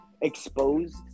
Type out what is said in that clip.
exposed